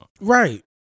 Right